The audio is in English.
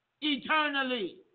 eternally